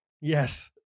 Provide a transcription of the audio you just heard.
Yes